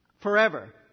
forever